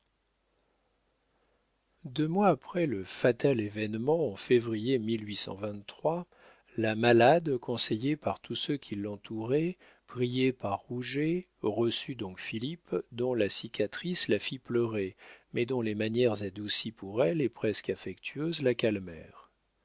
deux mois après le fatal événement en février la malade conseillée par tous ceux qui l'entouraient priée par rouget reçut donc philippe dont la cicatrice la fit pleurer mais dont les manières adoucies pour elle et presque affectueuses la calmèrent